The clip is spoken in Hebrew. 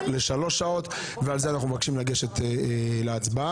לשלוש שעות ועל זה אנחנו מבקשים לגשת להצבעה.